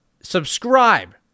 subscribe